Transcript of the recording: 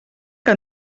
que